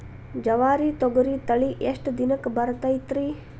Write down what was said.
ಜವಾರಿ ತೊಗರಿ ತಳಿ ಎಷ್ಟ ದಿನಕ್ಕ ಬರತೈತ್ರಿ?